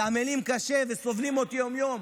שעמלים קשה וסובלים אותי יום-יום,